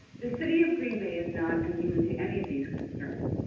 the city of green bay is not immune to any of these concerns,